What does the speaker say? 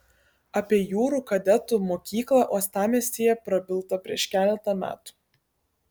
apie jūrų kadetų mokyklą uostamiestyje prabilta prieš keletą metų